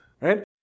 right